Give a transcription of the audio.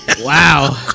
Wow